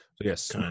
yes